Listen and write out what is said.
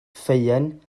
ffeuen